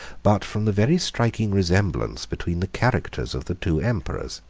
but from the very striking resemblance between the characters of the two emperors,